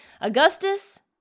Augustus